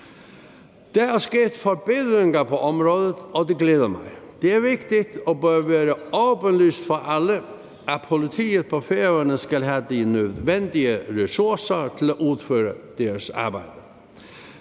Der er sket forbedringer på området, og det glæder mig. Det er vigtigt og bør være åbenlyst for alle, at politiet på Færøerne skal have de nødvendige ressourcer til at udføre deres arbejde.